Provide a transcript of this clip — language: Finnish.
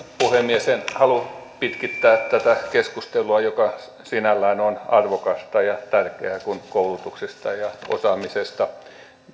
puhemies en halua pitkittää tätä keskustelua joka sinällään on arvokasta ja tärkeää kun koulutuksesta ja osaamisesta